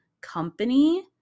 company